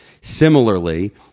Similarly